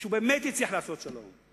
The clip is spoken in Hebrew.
שהוא באמת יצליח לעשות שלום,